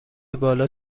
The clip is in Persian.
بالا